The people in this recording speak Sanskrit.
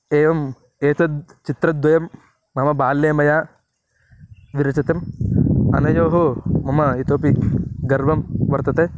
एवम् एतद् चित्रद्वयं मम बाल्ये मया विरचितम् अनयोः मम इतोपि गर्वं वर्तते